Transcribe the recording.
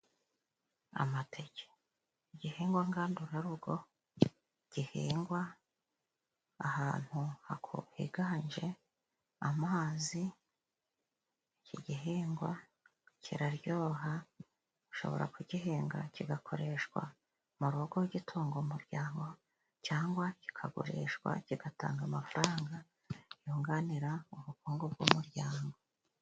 Amateke igihingwa ngandurarugo gihingwa ahantu higanje amazi, iki gihingwa kiraryoha. Ushobora kugihinga kigakoreshwa, mu rugo gitunga umuryango. Cyangwa kikagurishwa kigatanga amafaranga yunganira ubukungu bw'umuryango.